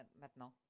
maintenant